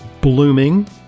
blooming